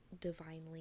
divinely